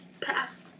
Pass